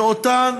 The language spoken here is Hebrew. ואותן